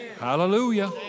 Hallelujah